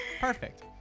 Perfect